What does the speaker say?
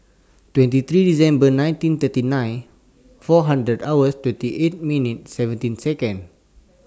twenty three December nineteen thirty nine four hundred hours twenty eight minutes seventeen Second